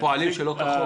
פועלים שלא כחוק?